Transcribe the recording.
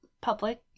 public